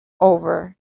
over